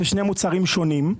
מוצרים שונים.